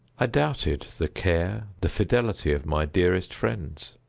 i doubted the care, the fidelity of my dearest friends.